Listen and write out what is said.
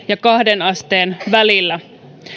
ja kahteen asteen välillä